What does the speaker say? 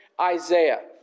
Isaiah